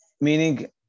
Meaning